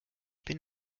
bin